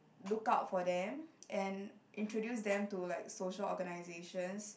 look out for them and introduce them to like social organisations